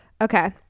okay